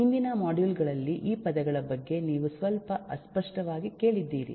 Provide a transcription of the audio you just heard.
ಹಿಂದಿನ ಮಾಡ್ಯೂಲ್ ಗಳಲ್ಲಿ ಈ ಪದಗಳ ಬಗ್ಗೆ ನೀವು ಸ್ವಲ್ಪ ಅಸ್ಪಷ್ಟವಾಗಿ ಕೇಳಿದ್ದೀರಿ